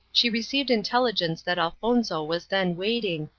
she received intelligence that elfonzo was then waiting,